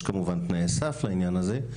יש כמובן תנאי סף לעניין הזה.